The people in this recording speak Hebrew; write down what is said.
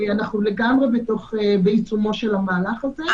אנחנו לגמרי בעיצומו של המהלך הזה,